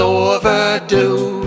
overdue